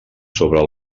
sobre